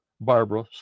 Barbara